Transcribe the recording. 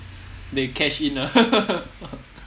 they cash in ah